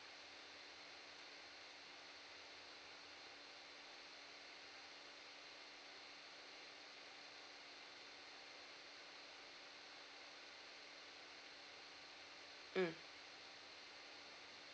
mm